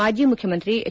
ಮಾಜಿ ಮುಖ್ಯಮಂತ್ರಿ ಎಚ್